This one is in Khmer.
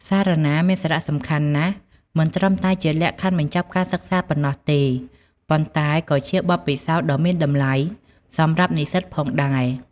សារណាមានសារៈសំខាន់ណាស់ មិនត្រឹមតែជាលក្ខខណ្ឌបញ្ចប់ការសិក្សាប៉ុណ្ណោះទេ ប៉ុន្តែក៏ជាបទពិសោធន៍ដ៏មានតម្លៃសម្រាប់និស្សិតផងដែរ។